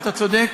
ואתה צודק,